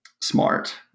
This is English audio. Smart